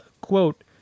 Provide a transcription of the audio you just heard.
quote